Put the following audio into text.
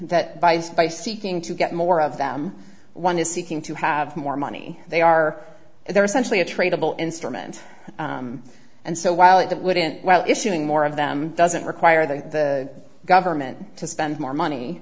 that buys by seeking to get more of them one is seeking to have more money they are they're essentially a tradable instrument and so while it wouldn't well issuing more of them doesn't require that the government to spend more money